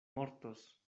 mortos